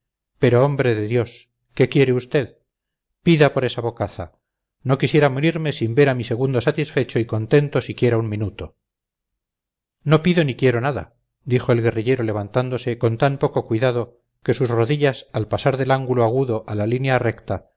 pero hombre de dios qué quiere usted pida por esa bocaza no quisiera morirme sin ver a mi segundo satisfecho y contento siquiera un minuto no pido ni quiero nada dijo el guerrillero levantándose con tan poco cuidado que sus rodillas al pasar del ángulo agudo a la línea recta